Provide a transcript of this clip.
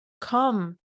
come